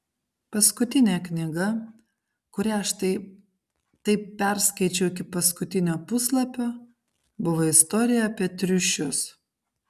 paskutinė knyga kurią štai taip perskaičiau iki paskutinio puslapio buvo istorija apie triušius